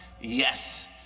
yes